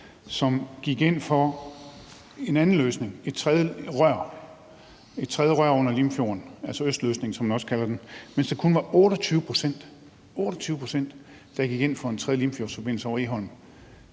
som gik ind for en anden løsning, et tredje rør under Limfjorden, altså østløsningen, som man også kalder den, mens der kun var 28 pct. – 28 pct.! – der gik ind for en tredje Limfjordsforbindelse over Egholm?